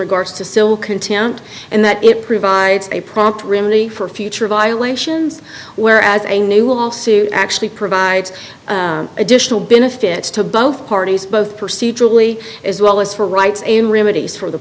regards to still contend and that it provides a prompt remedy for future violations whereas a new law suit actually provides additional benefits to both parties both procedurally as well as for rights and remedies for the